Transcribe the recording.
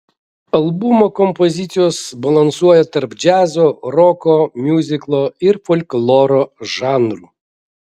albumo kompozicijos balansuoja tarp džiazo roko miuziklo ir folkloro žanrų